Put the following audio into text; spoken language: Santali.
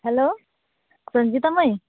ᱦᱮᱞᱳ ᱥᱚᱧᱡᱤᱛᱟ ᱢᱟᱹᱭ